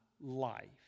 life